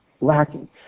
lacking